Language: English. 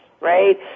right